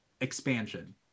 expansion